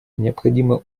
необходимо